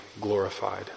glorified